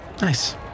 Nice